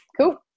Cool